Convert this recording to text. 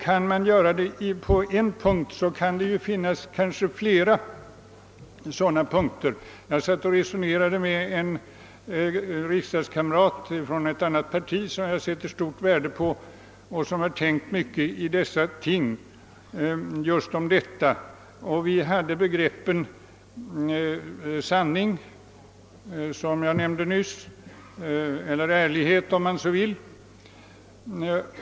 Kan man göra detta på en punkt, kan man kanske göra det på flera sådana punkter. Jag resonerade nyligen med en riksdagskamrat som tillhör ett annat parti och som jag sätter stort värde på. Han har tänkt mycket just om sådana här ting, och vi talade om begreppet sanning, som jag nyss nämnde, eller ärlighet, om man så vill.